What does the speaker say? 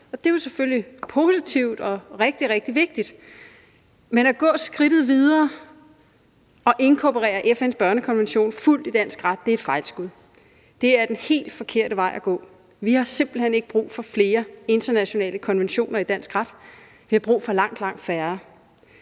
det er jo selvfølgelig positivt og rigtig, rigtig vigtigt. Men at gå skridtet videre og inkorporere FN's børnekonvention fuldt i dansk ret er et fejlskud. Det er den helt forkerte vej at gå. Vi har simpelt hen ikke brug for flere internationale konventioner i dansk ret, vi har brug for langt, langt færre.